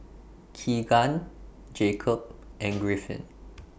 Keegan Jacob and Griffin